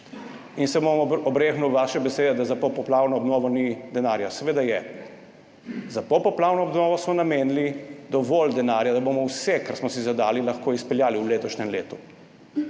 In se bom obregnil ob vaše besede, da za popoplavno obnovo ni denarja. Seveda je. Za popoplavno obnovo smo namenili dovolj denarja, da bomo vse, kar smo si zadali, lahko izpeljali v letošnjem letu.